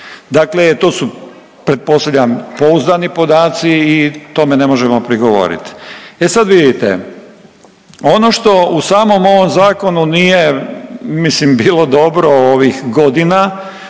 Dakle to su, pretpostavljam, pouzdani podaci i to me ne možemo prigovoriti. E sad, vidite, ono što u samom ovom Zakonu nije, mislim, bilo dobro ovih godina